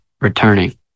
returning